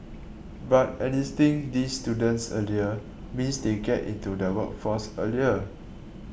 but enlisting these students earlier means they get into the workforce earlier